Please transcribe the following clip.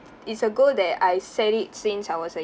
it's a goal that I set it since I was a